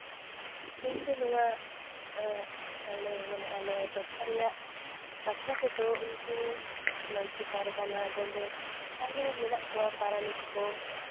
ᱤᱧᱫᱚ ᱱᱚᱣᱟ ᱟᱞᱮ ᱢᱟᱱᱮ ᱟᱞᱮ ᱴᱚᱴᱷᱟ ᱨᱮᱭᱟᱜ ᱵᱟᱠᱷᱨᱟ ᱛᱮᱫᱚ ᱩᱱᱠᱩ ᱢᱟᱹᱡᱷᱤ ᱯᱟᱨᱜᱟᱱᱟ ᱜᱳᱰᱮᱛ ᱟᱨᱚ ᱢᱮᱱᱟᱜ ᱠᱚᱣᱟ ᱯᱟᱨᱟᱱᱤᱠ ᱠᱚ